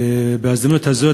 בהזדמנות הזאת,